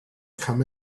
come